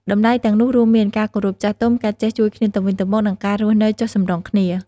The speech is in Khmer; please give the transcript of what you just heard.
តម្លៃទាំងនោះរួមមាន ការគោរពចាស់ទុំ ការចេះជួយគ្នាទៅវិញទៅមក និងការរស់នៅចុះសម្រុងគ្នា។